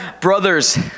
brothers